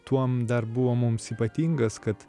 tuom dar buvo mums ypatingas kad